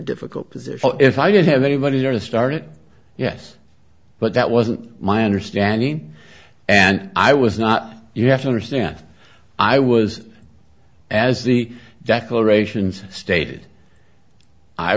difficult position if i didn't have anybody there to start it yes but that wasn't my understanding and i was not you have to understand i was as the declarations stated i